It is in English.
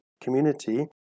community